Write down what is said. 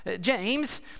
James